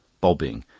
bobbing,